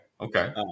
Okay